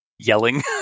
yelling